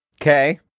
Okay